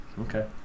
Okay